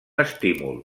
estímul